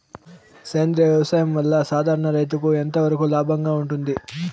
సేంద్రియ వ్యవసాయం వల్ల, సాధారణ రైతుకు ఎంతవరకు లాభంగా ఉంటుంది?